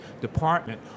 department